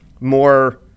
more